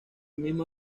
mismo